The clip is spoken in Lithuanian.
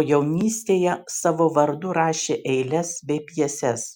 o jaunystėje savo vardu rašė eiles bei pjeses